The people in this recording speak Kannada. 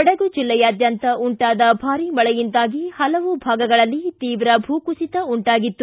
ಕೊಡಗು ಜಿಲ್ಲೆಯಾದ್ದಾಂತ ಉಂಟಾದ ಭಾರಿ ಮಳೆಯಿಂದಾಗಿ ಹಲವು ಭಾಗಗಳಲ್ಲಿ ತೀವ್ರ ಭೂಕುಸಿತ ಉಂಟಾಗಿತ್ತು